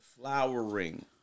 flowering